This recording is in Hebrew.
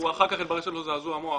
אחר כך התברר שיש לו זעזוע מוח